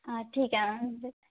आं ठीक आहे मॅडम